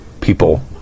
people